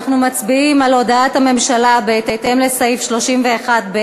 אנחנו מצביעים על הודעת הממשלה, בהתאם לסעיף 31(ב)